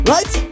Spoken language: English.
Right